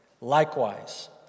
likewise